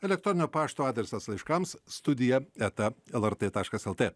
elektroninio pašto adresas laiškams studija eta lrt taškas lt